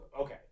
Okay